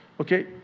okay